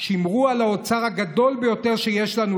שמרו על האוצר הגדול ביותר שיש לנו,